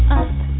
up